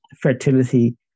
fertility